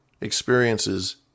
experiences